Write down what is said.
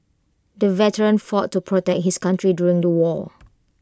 the veteran fought to protect his country during the war